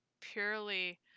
purely